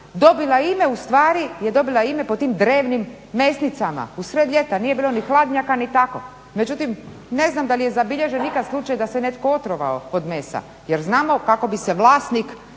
dobila ime u stvari je dobila ime po tim drevnim mesnicama, usred ljeta nije bilo ni hladnjaka ni tako. Međutim, ne znam da li je zabilježen ikad slučaj da se netko otrovao od mesa, jer znamo kako bi se vlasnik